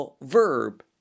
verb